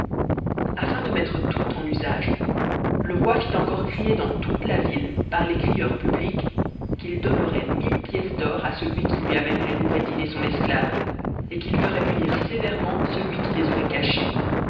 afin de mettre tout en usage le roi fit encore crier dans toute la vi te parles crieurs publics qu'il donnerait mille pièces d'or à celui qui lui amènerait noureddin et son esclave et qu'il ferait punir sëvèrcu'eut celui qui les aurait cachés